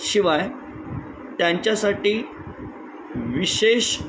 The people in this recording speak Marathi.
शिवाय त्यांच्यासाठी विशेष